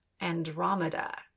Andromeda